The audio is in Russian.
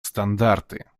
стандарты